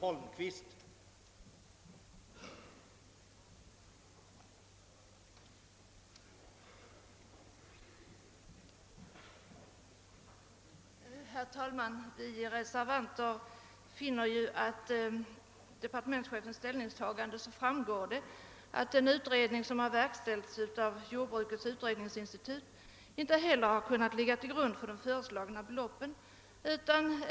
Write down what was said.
Herr talman! Av departementschefens ställningstagande framgår det att den utredning som verkställts av Jordbrukets utredningsinstitut inte heller kunnat läggas till grund för de föreslagna beloppen.